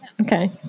Okay